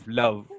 love